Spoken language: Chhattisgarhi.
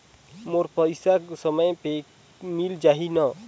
मोर पइसा समय पे मिल जाही न?